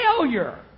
failure